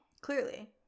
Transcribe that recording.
Clearly